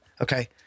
Okay